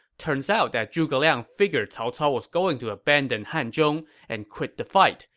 turns out that zhuge liang figured cao cao was going to abandon hanzhong and quit the fight,